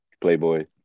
Playboy